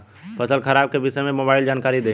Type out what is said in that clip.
फसल खराब के विषय में मोबाइल जानकारी देही